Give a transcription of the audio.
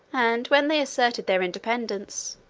and when they asserted their independence,